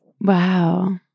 Wow